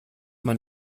man